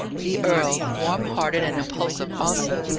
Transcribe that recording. the earl, warm-hearted and impulsive also,